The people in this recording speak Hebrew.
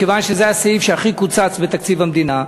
מכיוון שזה הסעיף שהכי קוצץ בתקציב המדינה,